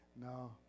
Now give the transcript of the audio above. No